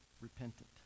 repentant